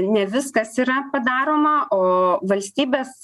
ne viskas yra padaroma o valstybės